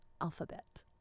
alphabet